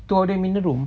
two of them in the room